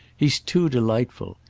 he's too delightful.